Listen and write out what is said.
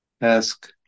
Ask